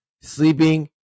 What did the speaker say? Sleeping